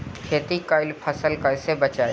खेती कईल फसल कैसे बचाई?